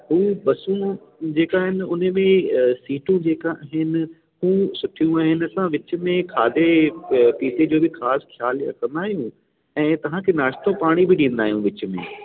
हूं बसुनि जेका आहिनि उन में सीटूं जेका आहिनि उहा सुठियूं आहिनि असां विच में खाधे पीते जो बि ख़ासि ख़्यालु रखंदा आहियूं ऐं तव्हांखे नाश्तो पाणी बि ॾींदा आहियूं विच में